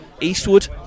Eastwood